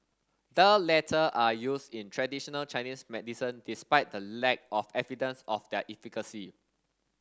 the latter are used in traditional Chinese medicine despite the lack of evidence of their efficacy